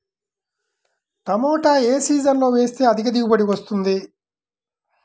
టమాటా ఏ సీజన్లో వేస్తే అధిక దిగుబడి వస్తుంది?